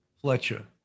Fletcher